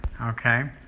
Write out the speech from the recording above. Okay